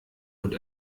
und